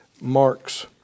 Mark's